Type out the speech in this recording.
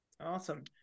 Awesome